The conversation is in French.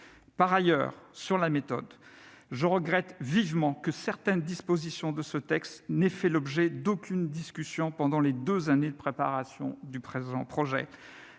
Par ailleurs, sur la méthode, je regrette vivement que certaines dispositions de ce texte n'aient fait l'objet d'aucune discussion pendant les deux années de sa préparation. Ainsi, sur